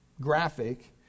graphic